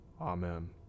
Amen